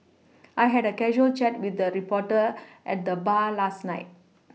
I had a casual chat with a reporter at the bar last night